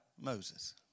Moses